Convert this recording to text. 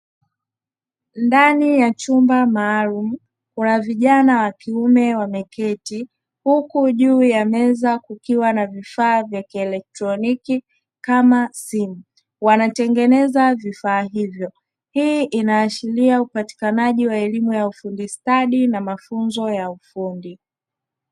Ndani ya chumba maalumu kuna vijana wa kiume wameketi huku juu ya meza kukiwa na vifaa vya kieletroniki kama simu wanatengeneza vifaa hivyo. Hii inaashiria upatikanaji wa elimu ya ufundi stadi na mafunzo ya ufundi.